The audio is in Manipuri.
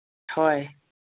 ꯍꯣꯏ